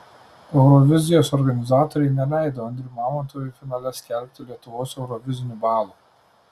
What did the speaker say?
eurovizijos organizatoriai neleido andriui mamontovui finale skelbti lietuvos eurovizinių balų